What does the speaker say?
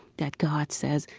that god says.